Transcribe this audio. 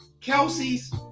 Kelsey's